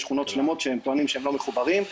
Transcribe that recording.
שכונות שלמות שהם טוענים שהם לא מחוברים,